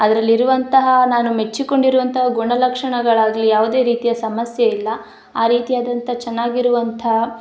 ಅದರಲ್ಲಿ ಇರುವಂತಹ ನಾನು ಮೆಚ್ಚಿಕೊಂಡಿರುವಂತಹ ಗುಣಲಕ್ಷಣಗಳಾಗ್ಲಿ ಯಾವುದೇ ರೀತಿಯ ಸಮಸ್ಯೆ ಇಲ್ಲ ಆ ರೀತಿಯಾದಂಥ ಚೆನ್ನಾಗಿರುವಂಥ